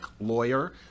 lawyer